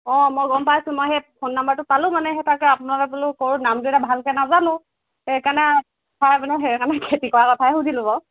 অঁ মই গম পাইছোঁ মই সেই ফোন নম্বাৰটো পালোঁ মানে সেই তাকে আপোনালৈ বোলো কৰোঁ নামটো এতিয়া ভালকৈ নাজানো সেইকাৰণে আৰু মই বোলো সেইকাৰণে খেতি কৰা কথায়ে সুধিলোঁ আৰু